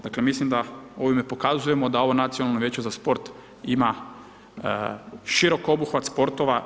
Dakle mislim da ovime pokazujemo da ovo Nacionalno vijeće za sport ima širok obuhvat sportova.